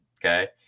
Okay